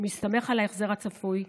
שמסתמך על ההחזר הצפוי,